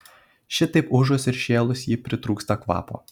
šitaip ūžus ir šėlus ji pritrūksta kvapo